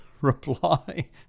reply